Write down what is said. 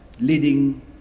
leading